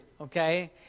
okay